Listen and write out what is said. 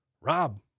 Rob